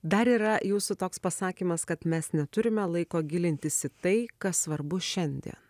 dar yra jūsų toks pasakymas kad mes neturime laiko gilintis į tai kas svarbu šiandien